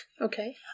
Okay